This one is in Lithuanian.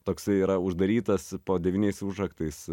toksai yra uždarytas po devyniais užraktais